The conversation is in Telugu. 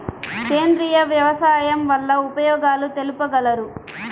సేంద్రియ వ్యవసాయం వల్ల ఉపయోగాలు తెలుపగలరు?